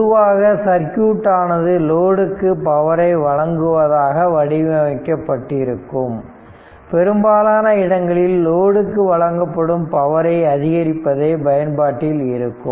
பொதுவாக சர்க்யூட் ஆனது லோடுக்கு பவரை வழங்குவதாக வடிவமைக்கப்பட்டிருக்கும் பெரும்பாலான இடங்களில் லோடுக்கு வழங்கப்படும் பவரை அதிகரிப்பதே பயன்பாட்டில் இருக்கும்